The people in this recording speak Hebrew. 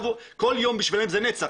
כל יום עבורם זה נצח,